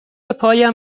پایم